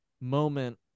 moment